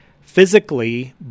physically